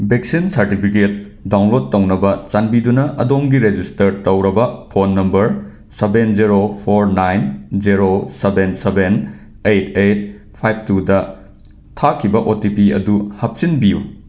vaccine certificate download ꯇꯧꯅꯕ ꯆꯥꯟꯕꯤꯗꯨꯅ ꯑꯗꯣꯝꯒꯤ ꯔꯦꯖꯤꯁꯇꯔ ꯇꯧꯔꯕ phone number seven zero four nine zero seven seven eight eight five ꯇꯨꯗ ꯊꯥꯈꯤꯕ ꯑꯣ ꯇꯤ ꯄꯤ ꯑꯗꯨ ꯍꯥꯞꯆꯤꯟꯕꯤꯌꯨ